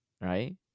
right